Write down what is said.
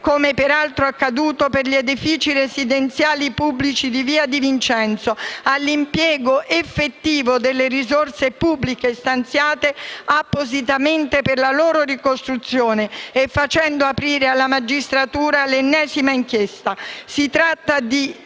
come per altro accaduto per gli edifici residenziali pubblici di via di Vincenzo, all'impiego effettivo delle risorse pubbliche stanziate appositamente per la loro ricostruzione e facendo aprire alla magistratura l'ennesima inchiesta. Si tratta di